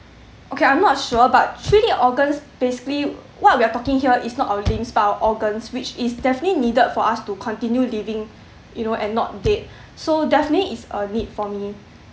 okay I'm not sure but three d organs basically what we're talking here is not our limbs but our organs which is definitely needed for us to continue living you know and not dead so definitely it's a need for me